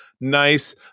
nice